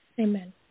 Amen